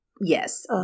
Yes